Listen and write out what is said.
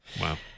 Wow